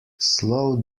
slow